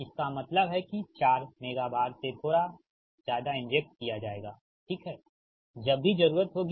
इसका मतलब है कि 4 मेगा VAR से थोड़ा ज्यादा इंजेक्ट किया जाएगा ठीक है जब भी जरूरत होगी